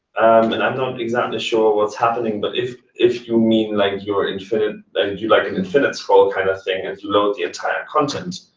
and i'm not exactly sure what's happening. but if if you mean like your infinite and like, an infinite scroll kind of thing and load the entire content